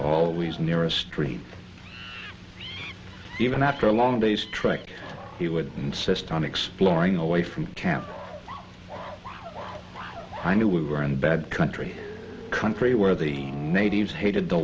always near a street even after a long day's trek he would insist on exploring away from camp i knew we were in bad country country where the natives hated the